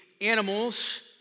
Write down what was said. animals